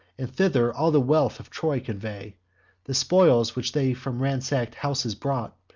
and thither all the wealth of troy convey the spoils which they from ransack'd houses brought,